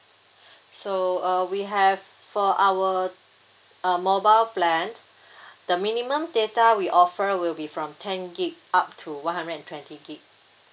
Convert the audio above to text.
so uh we have for our uh mobile plan the minimum data we offer will be from ten gig up to one hundred and twenty gigabyte